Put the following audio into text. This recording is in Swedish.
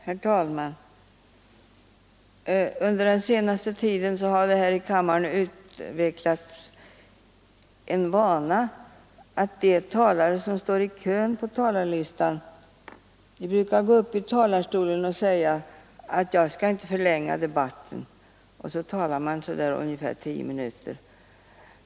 Herr talman! Under den senaste tiden har här i kammaren den vanan utvecklats att de talare som står i kön på talarlistan går upp i talarstolen och säger: Jag skall inte förlänga debatten. Och sedan talar man ungefär tio minuter.